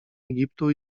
egiptu